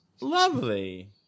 Lovely